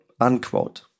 Unquote